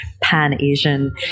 pan-Asian